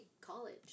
college